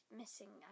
missing